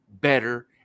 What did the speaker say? better